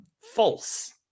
false